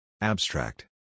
Abstract